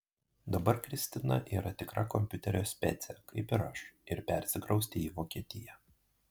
dabar kristina yra tikra kompiuterio specė kaip ir aš ir persikraustė į vokietiją